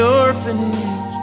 orphanage